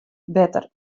better